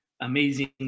amazing